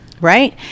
right